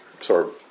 Sorry